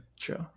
true